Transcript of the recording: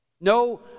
No